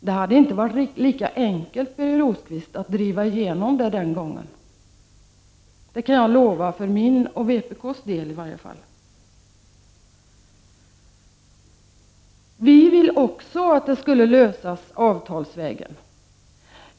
Det hade inte varit lika enkelt, Birger Rosqvist, att driva igenom det förslaget den gången — det kan jag lova för min och vpk:s del i varje fall. Vi vill också att frågan skall lösas avtalsvägen.